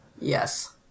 Yes